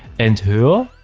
and here,